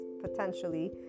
potentially